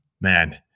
man